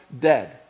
dead